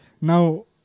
now